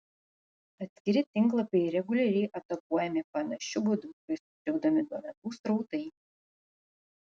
atskiri tinklapiai reguliariai atakuojami panašiu būdu kai sutrikdomi duomenų srautai